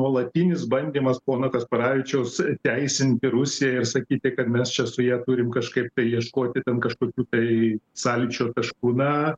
nuolatinis bandymas pono kasparavičiaus pateisinti rusiją ir sakyti kad mes čia su ja turim kažkaip tai ieškoti ten kažkokių tai sąlyčio taškų na